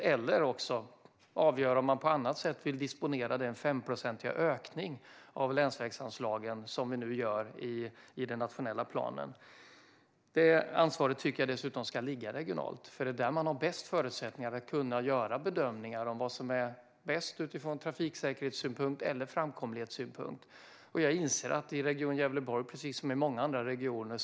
Man kan också avgöra om man på annat sätt vill disponera den 5-procentiga ökning av länsvägsanslagen som vi nu gör i den nationella planen. Detta ansvar tycker jag ska ligga regionalt eftersom det är där man har bäst förutsättningar för att kunna göra bedömningar av vad som är bäst utifrån trafiksäkerhetssynpunkt eller framkomlighetssynpunkt. Jag inser att arbetspendlingen är viktig i Region Gävleborg, precis som den är i många andra regioner.